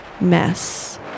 mess